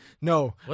No